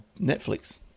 Netflix